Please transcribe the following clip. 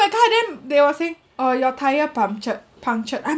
to my car then they were saying oh your tire punctured punctured I'm